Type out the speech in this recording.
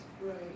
right